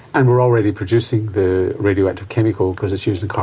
and we're already producing the radioactive chemical because it's used in